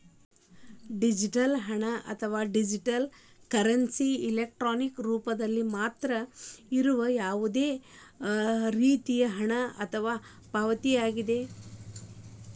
digital ಹಣ, ಅಥವಾ digital currency, electronic ರೂಪದಲ್ಲಿ ಮಾತ್ರ ಇರುವ ಯಾವುದೇ ರೇತಿಯ ಹಣ ಅಥವಾ ಪಾವತಿಯಾಗಿದೆ